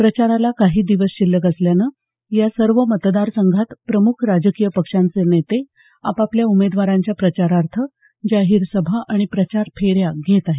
प्रचाराला काही दिवस शिल्लक असल्यानं या सर्व मतदार संघात प्रमुख राजकीय पक्षांचे नेते आपापल्या उमेदवारांच्या प्रचारार्थ जाहीर सभा प्रचार फेऱ्या घेत आहेत